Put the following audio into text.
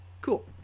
Cool